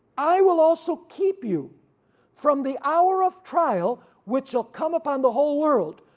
i will also keep you from the hour of trial which shall come upon the whole world,